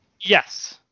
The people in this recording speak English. Yes